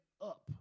up